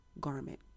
garment